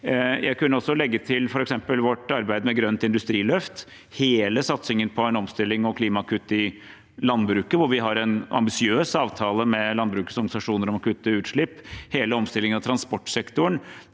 Jeg kunne også legge til f.eks. vårt arbeid med grønt industriløft, hele satsingen på en omstilling og klimakutt i landbruket, hvor vi har en ambisiøs avtale med landbrukets organisasjoner om å kutte utslipp, og hele omstillingen av transportsektoren.